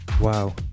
Wow